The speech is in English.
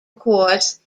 course